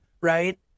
right